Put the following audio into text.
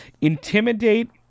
intimidate